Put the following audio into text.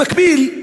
במקביל,